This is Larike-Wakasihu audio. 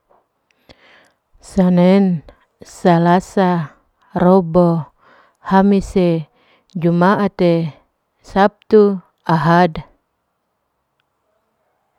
Sanen, salasa, robo, hamise, jumaate, sabtu, ahad